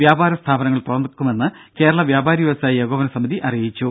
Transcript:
വ്യാപാരസ്ഥാപനങ്ങൾ തുറക്കുമെന്ന് കേരള വ്യാപാരി വ്യവസായി ഏകോപനസമിതി അറിയിച്ചു